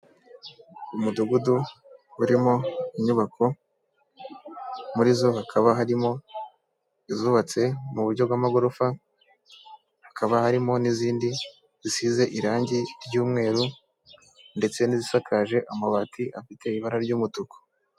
Umudugudu urimo inyubako, muri zo hakaba harimo izubatse mu buryo bw'amagorofa, hakaba harimo n'izindi zisize irangi ry'umweru ndetse n'izisakaje amabati afite ibara ry'umutuku.